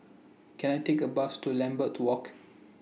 Can I Take A Bus to Lambeth to Walk